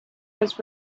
was